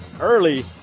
early